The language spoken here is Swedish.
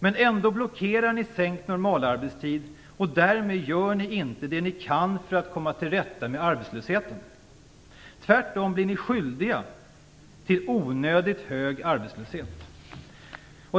Men ändå blockerar ni sänkt normalarbetstid, och därmed gör ni inte det ni kan för att komma till rätta med arbetslösheten. Tvärtom blir ni skyldiga till onödigt hög arbetslöshet.